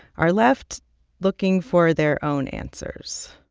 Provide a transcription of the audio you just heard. are left looking for their own answers